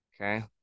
okay